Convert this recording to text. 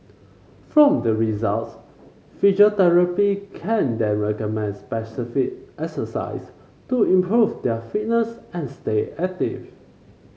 from the results physiotherapy can then recommend specific exercises to improve their fitness and stay active